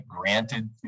granted